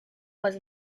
was